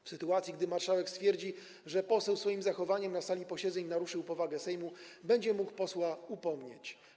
W sytuacji gdy marszałek stwierdzi, że poseł swoim zachowaniem na sali posiedzeń naruszył powagę Sejmu, będzie mógł posła upomnieć.